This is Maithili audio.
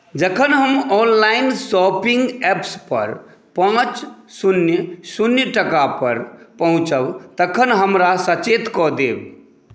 जखन हम ऑनलाइन शॉपिंग ऐप्स पर पांच शून्य शून्य टाका पर पहुँचब तखन हमरा सचेत कऽ देब